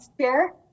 chair